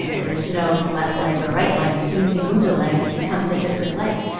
ah there's no left leg or right leg. as soon as you move the leg, it becomes a different leg.